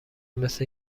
مثل